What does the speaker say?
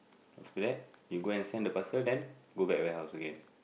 after that you go and send the person then go back warehouse again